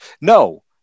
No